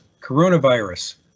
Coronavirus